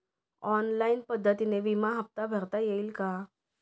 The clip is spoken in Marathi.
ऑनलाईन पद्धतीने विमा हफ्ता भरता येईल का?